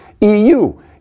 EU